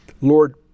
Lord